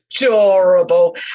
adorable